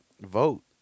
vote